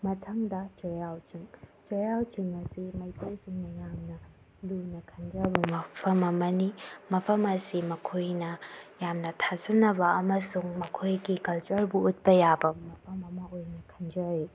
ꯃꯊꯪꯗ ꯆꯩꯔꯥꯎ ꯆꯤꯡ ꯆꯩꯔꯥꯎ ꯆꯤꯡ ꯑꯁꯤ ꯃꯩꯇꯩꯁꯤꯡꯅ ꯌꯥꯝꯅ ꯂꯨꯅ ꯈꯟꯖꯕ ꯃꯐꯝ ꯑꯃꯅꯤ ꯃꯐꯝ ꯑꯁꯤ ꯃꯈꯣꯏꯅ ꯌꯥꯝꯅ ꯊꯥꯖꯅꯕ ꯑꯃꯁꯨꯡ ꯃꯈꯣꯏꯒꯤ ꯀꯜꯆꯔꯕꯨ ꯎꯠꯄ ꯌꯥꯕ ꯃꯐꯝ ꯑꯃ ꯑꯣꯏꯅ ꯈꯟꯖꯔꯤ